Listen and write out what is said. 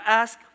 ask